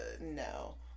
no